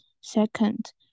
Second